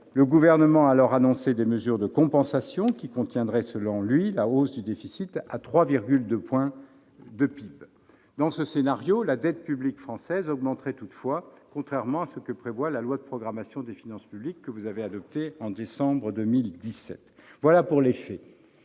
Le Gouvernement a alors annoncé des mesures de compensation, qui contiendraient, selon lui, la hausse du déficit à 3,2 points de PIB. Dans ce scénario, la dette publique française augmenterait toutefois, contrairement à ce que prévoit la loi de programmation des finances publiques que vous avez adoptée en décembre 2017. Voilà pour les faits.